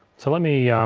so let me